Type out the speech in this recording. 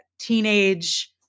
teenage